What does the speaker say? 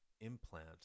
implant